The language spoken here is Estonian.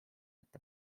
ette